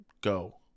go